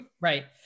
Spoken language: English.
Right